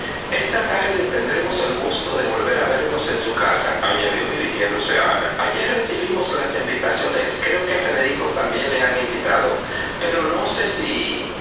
esta tarde tendremos el gusto de volver a vernos en su casaañadió dirigiéndose a ana ayer recibimos las invitaciones creo que a federico también le han invitado pero no sé si